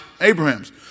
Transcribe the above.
Abraham's